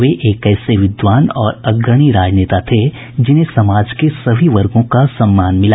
वे एक ऐसे विद्वान और अग्रणी राजनेता थे जिन्हें समाज के सभी वर्गों का सम्मान मिला